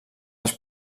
els